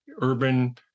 urban